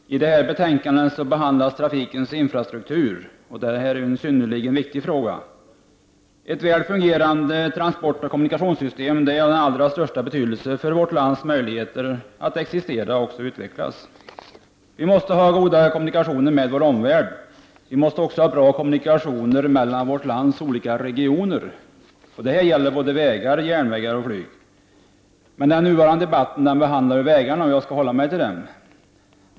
Fru talman! I detta betänkande behandlas trafikens infrastruktur, och det är en synnerligen viktig fråga. Ett väl fungerande transportoch kommuni kationssystem är av allra största betydelse för vårt lands möjligheter att existera och utvecklas. Vi måste ha goda kommunikationer med vår omvärld. Vi måste också ha bra kommunikationer mellan vårt lands olika regioner. Det gäller både vägar, järnvägar och flyg. Men den nuvarande debatten berör vägarna, och jag skall därför hålla mig till dem.